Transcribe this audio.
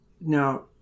Now